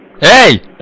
Hey